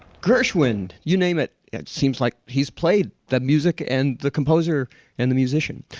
gershwin. you name it, it seems like he's played that music and the composer and the musician.